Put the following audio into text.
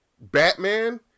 Batman